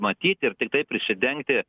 matyt ir tiktai prisidengti